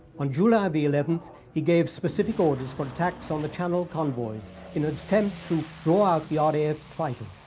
on july the eleventh he gave specific orders for attacks on the channel convoys in an attempt to throw out the ah raf's ah fighters.